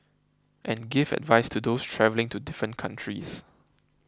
and give advice to those travelling to different countries